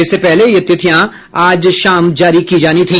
इससे पहले ये तिथियां आज शाम को जारी की जानी थी